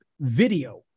video